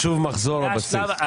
זה חישוב מחזור הבסיס.